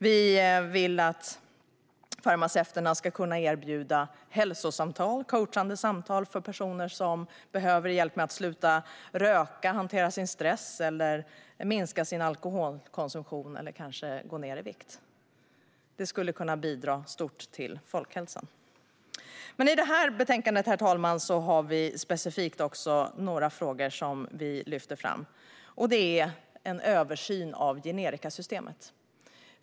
Vi vill att farmaceuterna ska kunna erbjuda hälsosamtal, coachande samtal, för personer som behöver hjälp med att sluta röka, hantera stress, minska alkoholkonsumtionen eller gå ned i vikt. Det skulle bidra stort till folkhälsan. I det här betänkandet lyfts en specifik fråga fram, nämligen en översyn av generikasystemet.